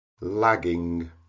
lagging